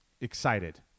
excited